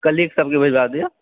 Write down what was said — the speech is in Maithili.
कलीग सबके भिजबा दियो